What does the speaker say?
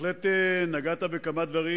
בהחלט נגעת בכמה דברים,